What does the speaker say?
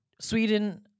Sweden